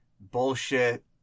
bullshit